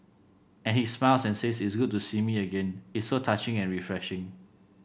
and he smiles and says it's good to see me again it's so touching and refreshing